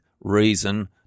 reason